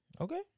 Okay